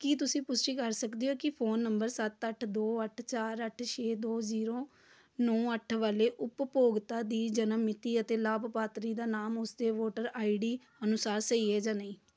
ਕੀ ਤੁਸੀਂ ਪੁਸ਼ਟੀ ਕਰ ਸਕਦੇ ਹੋ ਕਿ ਫੋਨ ਨੰਬਰ ਸੱਤ ਅੱਠ ਦੋ ਅੱਠ ਚਾਰ ਅੱਠ ਛੇ ਦੋ ਜ਼ੀਰੋ ਨੌਂ ਅੱਠ ਵਾਲੇ ਉਪਭੋਗਤਾ ਦੀ ਜਨਮ ਮਿਤੀ ਅਤੇ ਲਾਭਪਾਤਰੀ ਦਾ ਨਾਮ ਉਸਦੇ ਵੋਟਰ ਆਈ ਡੀ ਅਨੁਸਾਰ ਸਹੀ ਹੈ ਜਾਂ ਨਹੀਂ